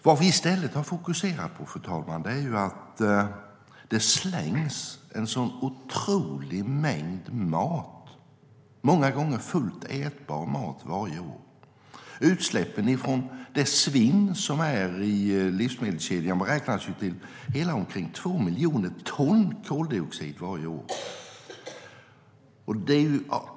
Vad vi i stället har fokuserat på, fru talman, är att det varje år slängs en otrolig mängd, många gånger fullt ätbar, mat. Utsläppen från svinnet i livsmedelskedjan beräknas till två miljoner ton koldioxid varje år.